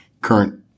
current